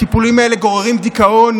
הטיפולים האלה גוררים דיכאון,